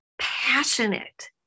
passionate